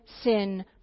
sin